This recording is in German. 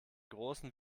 großen